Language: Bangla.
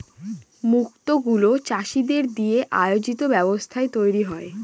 মুক্ত গুলো চাষীদের দিয়ে আয়োজিত ব্যবস্থায় তৈরী হয়